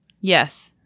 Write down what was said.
Yes